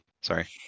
sorry